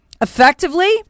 Effectively